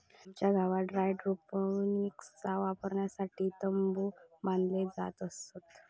आमच्या गावात हायड्रोपोनिक्सच्या वापरासाठी तंबु बांधले जात असत